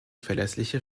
verlässliche